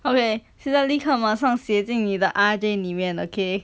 okay 现在立刻马上写进你的 R J 里面 okay